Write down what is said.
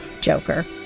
Joker